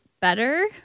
better